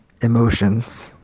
emotions